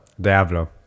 diablo